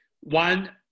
One